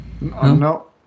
No